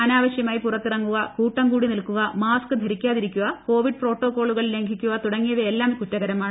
അനാവശ്യമായി പുറത്തിറങ്ങുക കൂട്ടംകൂടി നിൽക്കുക മാസ്ക് ധരിക്കാതിരിക്കുക കോവിഡ് പ്രോട്ടോക്കോളുകൾ ലംഘിക്കുക തുടങ്ങിയവയെല്ലാം കുറ്റകരമാണ്